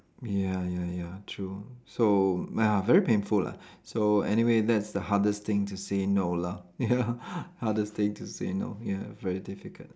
ya ya ya true so ah very painful lah so anyway that's the hardest thing to say no lah ya hardest thing to say no ya very difficult